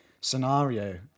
scenario